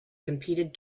competed